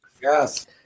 Yes